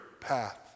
path